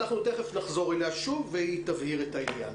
אנחנו תיכף נחזור אליה שוב והיא תבהיר את העניין.